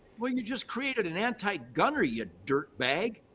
well, you just created an anti-gunner you dirt bag.